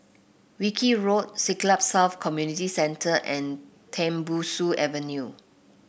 Wilkie Road Siglap South Community Centre and Tembusu Avenue